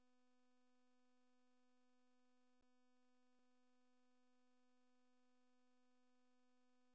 beta keratin ಪಕ್ಷಿ ಮತ್ತು ಸರಿಸೃಪಗಳ ಗರಿಗಳು, ಕೊಕ್ಕುಗಳಲ್ಲಿ ಕಂಡುಬರುತ್ತೆ